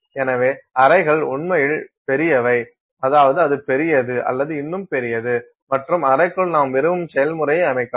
எனவே அறைகள் உண்மையில் பெரியவை அதாவது அது பெரியது அல்லது இன்னும் பெரியது மற்றும் அறைக்குள் நாம் விரும்பும் செயல்முறையை அமைக்கலாம்